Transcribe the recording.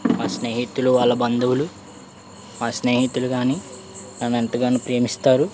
మా స్నేహితులు వాళ్ళ బంధువులు మా స్నేహితులు కాని నన్ను ఎంతగానో ప్రేమిస్తారు